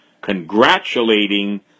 congratulating